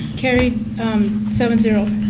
carried seven zero.